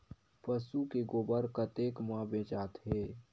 पशु के गोबर कतेक म बेचाथे?